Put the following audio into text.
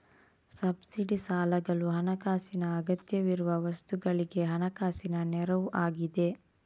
subsidy ಸಾಲಗಳು ಹಣಕಾಸಿನ ಅಗತ್ಯವಿರುವ ವಸ್ತುಗಳಿಗೆ ಹಣಕಾಸಿನ ನೆರವು ಆಗಿದೆ